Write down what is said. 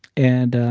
and